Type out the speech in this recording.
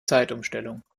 zeitumstellung